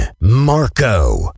Marco